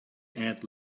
aunt